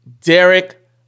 Derek